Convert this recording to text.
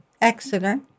Exeter